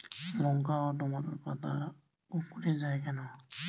লঙ্কা ও টমেটোর পাতা কুঁকড়ে য়ায় কেন?